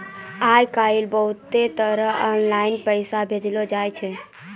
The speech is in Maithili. आय काइल बहुते तरह आनलाईन पैसा भेजलो जाय छै